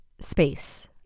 space